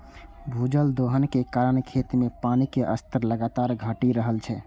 भूजल दोहन के कारण खेत मे पानिक स्तर लगातार घटि रहल छै